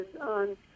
on